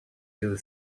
ill